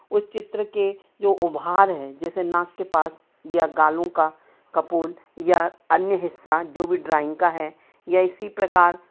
उस चित्र के जो उभार हैं जैसे नाक के पास या गालों का कपोल या अन्य हिस्सा जो भी ड्राइंग का है या इसी प्रकार